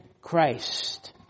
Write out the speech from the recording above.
Christ